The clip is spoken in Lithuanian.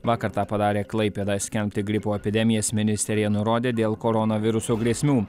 vakar tą padarė klaipėdoje skelbti gripo epidemijas ministerija nurodė dėl koronaviruso grėsmių